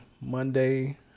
Monday